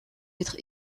être